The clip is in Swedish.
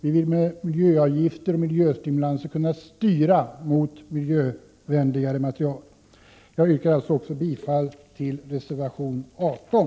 Vi vill med miljöavgifter och miljöstimulanser kunna styra mot miljövänligare material. Jag yrkar alltså bifall även till reservation 18.